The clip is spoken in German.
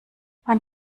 wann